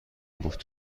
بود